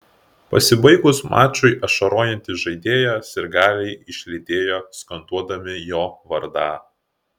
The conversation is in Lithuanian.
pasibaigus mačui ašarojantį žaidėją sirgaliai išlydėjo skanduodami jo vardą